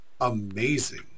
amazing